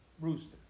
rooster